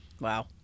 wow